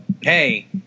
hey